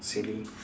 silly